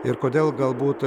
ir kodėl galbūt